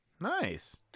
Nice